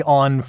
on